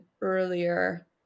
earlier